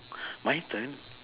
my turn